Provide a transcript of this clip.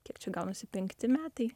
kiek čia gaunasi penkti metai